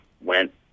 went